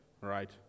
right